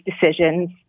decisions